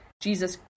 Jesus